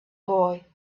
boy